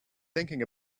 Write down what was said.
thinking